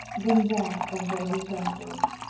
than that of their detractors.